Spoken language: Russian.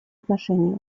отношении